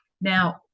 now